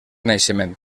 naixement